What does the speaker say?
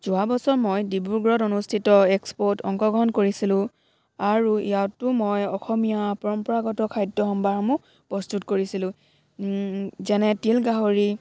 যোৱা বছৰ মই ডিব্ৰুগড়ত অনুষ্ঠিত এক্সপ'ত অংশগ্ৰহণ কৰিছিলোঁ আৰু ইয়াতো মই অসমীয়া পৰম্পৰাগত খাদ্য সম্ভাৰসমূহ প্ৰস্তুত কৰিছিলোঁ যেনে তিল গাহৰি